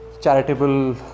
charitable